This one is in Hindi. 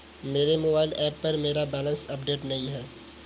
मेरे मोबाइल ऐप पर मेरा बैलेंस अपडेट नहीं है